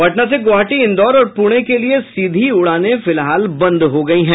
पटना से गोवाहाटी इंदौर और पुणे के लिये सीधी उड़ाने फिलहाल बंद हो गयी है